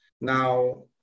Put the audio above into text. Now